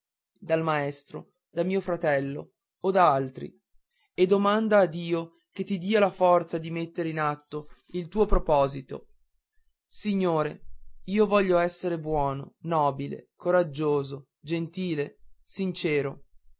dal maestro da mio fratello o da altri e domanda a dio che ti dia la forza di mettere in atto il tuo proposito signore io voglio essere buono nobile coraggioso gentile sincero